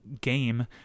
game